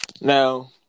Now